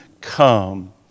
come